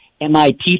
MIT